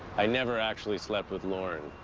i never actually slept with lauren,